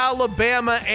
Alabama